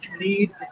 need